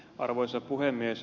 arvoisa puhemies